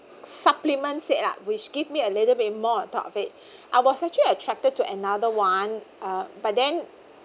supplements it lah which give me a little bit more on top of it I was actually attracted to another one uh but then